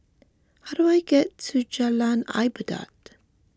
how do I get to Jalan Ibadat